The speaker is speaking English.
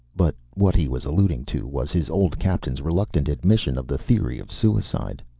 but what he was alluding to was his old captain's reluctant admission of the theory of suicide.